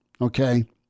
Okay